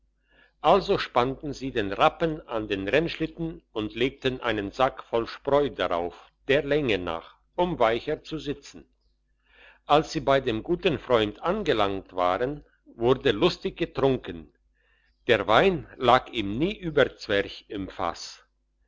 also spannten sie den rappen an den rennschlitten und legten einen sack voll spreu darauf der länge nach um weicher zu sitzen als sie bei dem guten freund angelangt waren wurde lustig getrunken der wein lag ihm nie überzwerch im fass